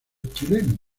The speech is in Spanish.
chileno